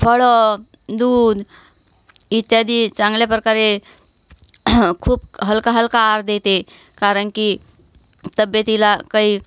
फळं दूध इत्यादी चांगल्या प्रकारे खूप हलका हलका आहार देते कारण की तब्बेतीला काही